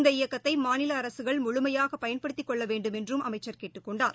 இந்த இயக்கத்தைமாநில அரசுகள் முழுமையாகபயன்படுத்திகொள்ளவேண்டும் என்றும் அமைச்சர் கேட்டுக் கொண்டார்